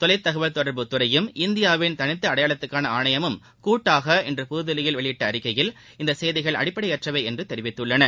தொலை தகவல் தொடர்பு துறையும் இந்தியாவின் தனித்த அடையாளத்துக்கான ஆணையமும் கூட்டாக இன்று புதுதில்லியில் வெளியிட்ட அறிக்கையில் இந்த செய்திகள் அடிப்படையற்றவை என்று கூறியுள்ளன